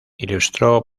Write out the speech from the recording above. ilustró